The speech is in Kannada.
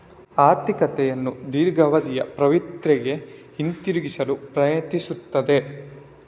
ಆರ್ಥಿಕತೆಯನ್ನು ದೀರ್ಘಾವಧಿಯ ಪ್ರವೃತ್ತಿಗೆ ಹಿಂತಿರುಗಿಸಲು ಪ್ರಯತ್ನಿಸುತ್ತದೆ